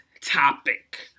topic